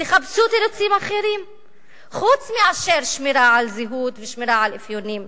תחפשו תירוצים אחרים חוץ מאשר שמירה על זהות ושמירה על אפיונים.